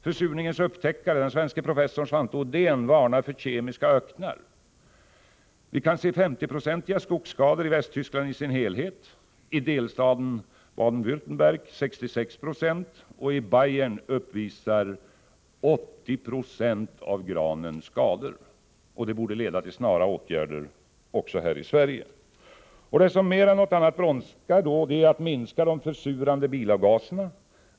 Försurningens upptäckare, den svenske professorn Svante Odén, varnar för kemiska öknar. Vi kan se 50 90 skogsskador i Västtyskland i sin helhet och i delstaten Baden-Wärttemberg 66 96 skador. I Bayern uppvisar 80 96 av granen skador. Det borde leda till snara åtgärder också i Sverige. Det som mer än något annat brådskar är att minska de försurande bilavgaserna.